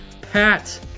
Pat